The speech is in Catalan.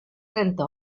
trenta